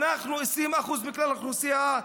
אנחנו 20% מכלל האוכלוסייה,